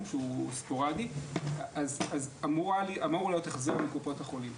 שהוא ספורדי אמור להיות החזר מקופות החולים.